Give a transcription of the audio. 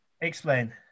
Explain